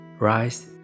Rise